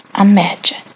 imagine